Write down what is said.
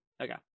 Okay